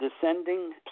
descending